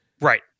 Right